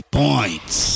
points